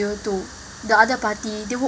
to the other party they would